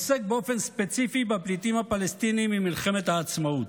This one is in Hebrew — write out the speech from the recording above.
עוסק באופן ספציפי בפליטים הפלסטינים ממלחמת העצמאות.